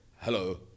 Hello